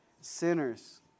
sinners